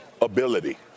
ability